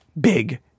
big